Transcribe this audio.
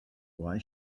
why